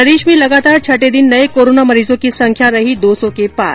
प्रदेश में लगातार छठे दिन नए कोरोना मरीजों की संख्या रही दो सौ के पार